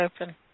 open